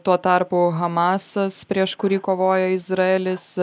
tuo tarpu hamasas prieš kurį kovojo izraelis